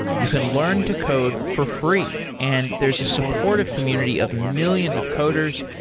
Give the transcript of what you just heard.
you can learn to code for free, and there's a support of community of millions of coders.